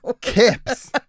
Kips